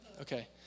Okay